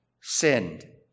sinned